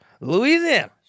Louisiana